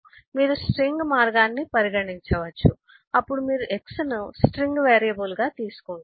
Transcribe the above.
మీరు స్ట్రింగ్ మార్గాన్ని పరిగణించవచ్చు అప్పుడు మీరు x ను స్ట్రింగ్ వేరియబుల్ గా తీసుకుంటారు